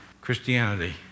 Christianity